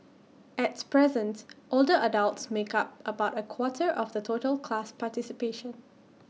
at presence older adults make up about A quarter of the total class participation